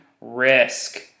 risk